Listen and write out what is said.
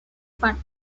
fund